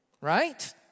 right